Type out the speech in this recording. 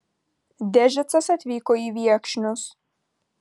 dežicas atvyko į viekšnius